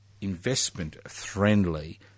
investment-friendly